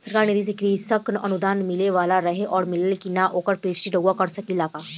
सरकार निधि से कृषक अनुदान मिले वाला रहे और मिलल कि ना ओकर पुष्टि रउवा कर सकी ला का?